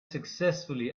successfully